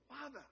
Father